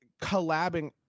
collabing